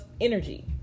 energy